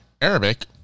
Arabic